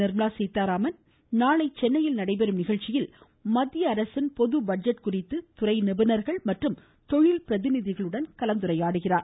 நிர்மலா சீத்தாராமன் நாளை சென்னையில் நடைபெறும் நிகழ்ச்சியில் மத்திய அரசின் பட்ஜெட் குறித்து துறை நிபுணர்கள் மற்றும் தொழில் பிரதிநிதிகளுடன் கலந்துரையாடுகிறார்